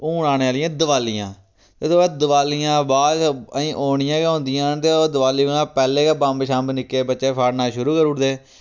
हून आने आह्लियां दवालियां ओह्दे बाद दवालियां बाद ओनियां गै होंदियां न ओह् दवालियें कोला पैह्ले गै बम्ब शम्ब निक्के बच्चे फाड़ना शुरू करूड़दे